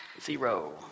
zero